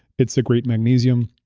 it's a great magnesium.